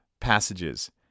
passages